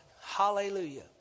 Hallelujah